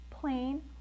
plain